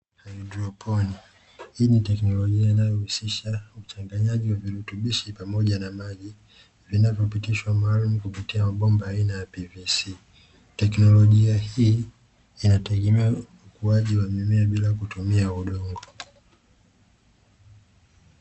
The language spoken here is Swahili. Haidroponi hii ni teknolojia inayohusisha uchanganyaji wa virutubishi pamoja na Maji vinavyopitishwa maalumu kupitia kwenye mabomba aina ya PVC. Teknolojia hii inategemewa ukuaji mmea bila kutumia udongo.